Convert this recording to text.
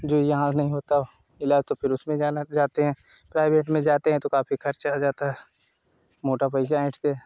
जो यहाँ नहीं होता इलाज तो फिर उसमें जाना जाते हैं प्राइवेट में जाते हैं तो काफी खर्चा हो जाता है मोटा पैसा ऐंठते हैं